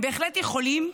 הם בהחלט יכולים,